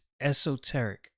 esoteric